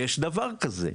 יש דבר כזה.